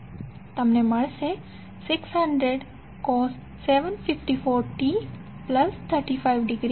તમને મળશે 600 cos 754t35° cos 55° 344